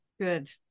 Good